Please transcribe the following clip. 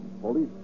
Police